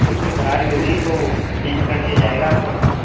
कुछ भी खराबी होगी तो चेंज कर दिया जाएगा आपका फोन